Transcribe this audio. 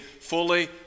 fully